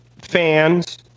fans